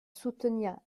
soutenir